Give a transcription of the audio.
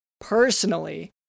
personally